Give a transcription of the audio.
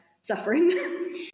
suffering